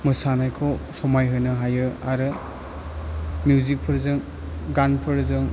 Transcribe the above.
मोसानायखौ समाय होनो हायो आरो मिउजिखफोरजों गानफोरजों